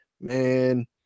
man